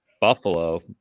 Buffalo